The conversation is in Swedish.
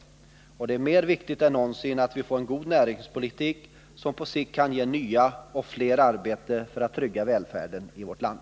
Det är nu viktigare än någonsin att vi får en god näringspolitik som på sikt kan ge fler arbeten för att trygga välfärden i vårt land.